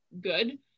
good